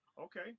Okay